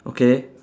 okay